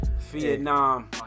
Vietnam